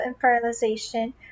fertilization